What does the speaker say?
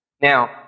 Now